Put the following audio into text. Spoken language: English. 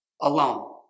alone